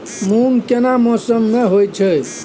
मूंग केना मौसम में होय छै?